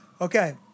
Okay